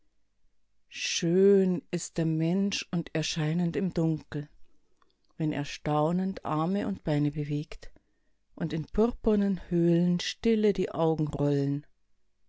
schön ist der mensch und erscheinend im dunkel wenn er staunend arme und beine bewegt und in purpurnen höhlen stille die augen rollen